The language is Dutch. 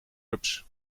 rups